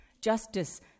justice